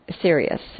serious